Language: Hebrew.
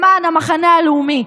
למען המחנה הלאומי.